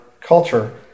culture